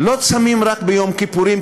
לא צמים רק ביום הכיפורים,